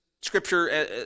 scripture